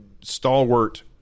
stalwart